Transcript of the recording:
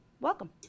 welcome